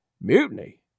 Mutiny